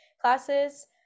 classes